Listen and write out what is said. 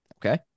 Okay